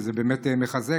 וזה באמת מחזק.